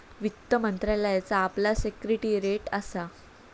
वित्त मंत्रालयाचा आपला सिक्रेटेरीयेट असा